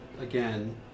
again